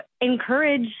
encourage